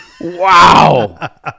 Wow